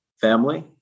family